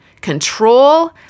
control